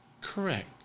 Correct